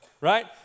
right